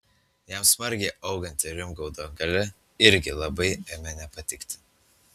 jam smarkiai auganti rimgaudo galia irgi labai ėmė nepatikti